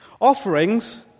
Offerings